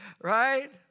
right